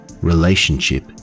relationship